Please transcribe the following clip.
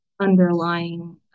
underlying